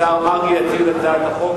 השר מרגי יציג את הצעת החוק.